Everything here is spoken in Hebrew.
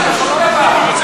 שום דבר.